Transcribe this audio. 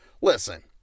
listen